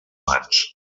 mans